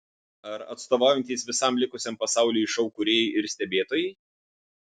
ar atstovaujantys visam likusiam pasauliui šou kūrėjai ir stebėtojai